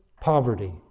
poverty